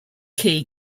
key